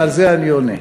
ועל זה אני עונה.